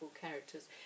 characters